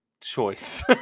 choice